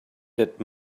that